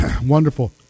wonderful